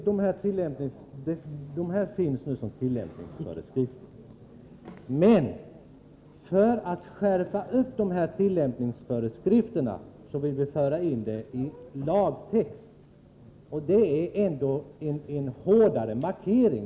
Fru talman! De här reglerna finns nu som tillämpningsföreskrifter. Men för att skärpa dem vill vi föra in dem i lagen. Det är ändå en hårdare markering.